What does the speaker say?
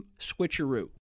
switcheroo